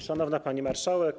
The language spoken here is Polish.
Szanowna Pani Marszałek!